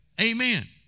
Amen